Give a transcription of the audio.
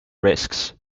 risks